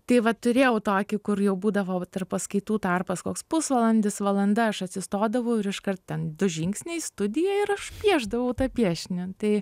tai va turėjau tokį kur jau būdavo tarp paskaitų tarpas koks pusvalandis valanda aš atsistodavau ir iškart ten du žingsniai studija ir aš piešdavau tą piešinį tai